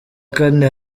kane